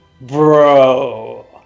bro